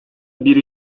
bir